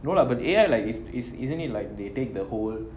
no lah but A_I like is is isn't it like they take the whole